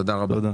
תודה רבה,